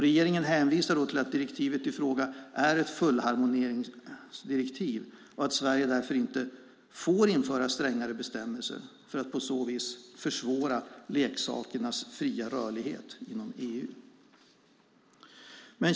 Regeringen hänvisar till att direktivet i fråga är ett fullharmoniseringsdirektiv och att Sverige därför inte får införa strängare bestämmelser och på så vis försvåra leksakernas fria rörlighet inom EU.